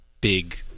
big